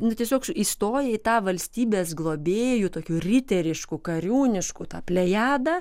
nu tiesiog įstoję į tą valstybės globėjų tokių riteriškų kariuniškų tą plejadą